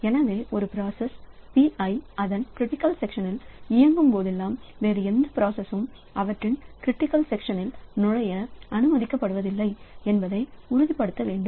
எனவே ஒரு process Pi அதன் க்ரிட்டிக்கல் செக்ஷனில் இயக்கும் போதெல்லாம் வேறு எந்த ப்ராசஸ்சும் அவற்றின் க்ரிட்டிக்கல் செக்ஷனில் நுழைய அனுமதிக்கப்படுவதில்லை என்பதை உறுதிப்படுத்த வேண்டும்